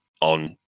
on